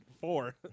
four